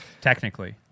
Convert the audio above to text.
technically